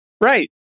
Right